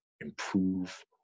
improve